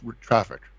traffic